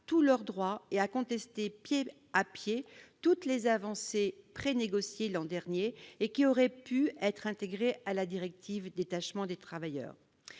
tous leurs droits et à contester pied à pied toutes les avancées négociées l'an dernier, qui auraient pu être intégrées à la directive relative au détachement des travailleurs.